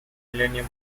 millennium